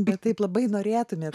bet taip labai norėtumėte